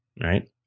right